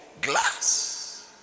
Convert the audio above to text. glass